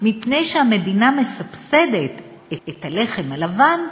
מפני שהמדינה מסבסדת את הלחם הלבן,